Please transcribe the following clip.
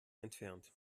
entfernt